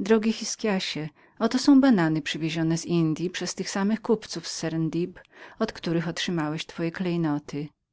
drogi hiskiasie oto są banany przywiezione z indyi przez tych samych kupców z serendiwy od których otrzymałeś twoje klejnoty